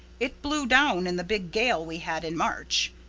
it blew down in the big gale we had in march.